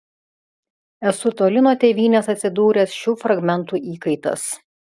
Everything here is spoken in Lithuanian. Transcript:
esu toli nuo tėvynės atsidūręs šių fragmentų įkaitas